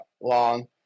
long